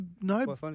no